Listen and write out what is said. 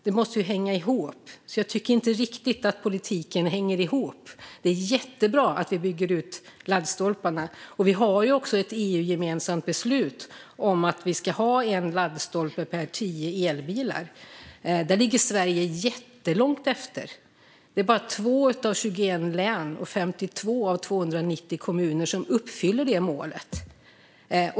Det måste ju hänga ihop, och jag tycker inte riktigt att politiken hänger ihop. Det är jättebra att vi bygger ut laddstolparna, och vi har också ett EU-gemensamt beslut om att det ska finnas en laddstolpe per tio elbilar. Men där ligger Sverige jättelångt efter. Det är bara 2 av 21 län och 52 av 290 kommuner som uppnår målet.